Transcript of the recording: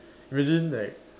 imagine like